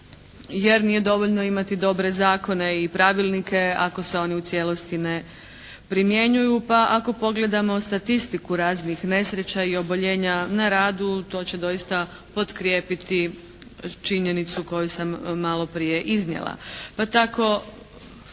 Jer nije dovoljno imati dobre zakone i pravilnike ako se oni u cijelosti ne primjenjuju. Pa ako pogledamo statistiku raznih nesreća i oboljenja na radu to će doista potkrijepiti činjenicu koju sam maloprije iznijela.